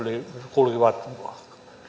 kulkivat